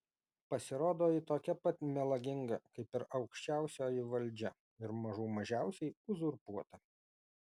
pasirodo ji tokia pat melaginga kaip ir aukščiausioji valdžia ir mažų mažiausiai uzurpuota